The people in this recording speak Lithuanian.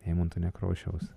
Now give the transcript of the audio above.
eimunto nekrošiaus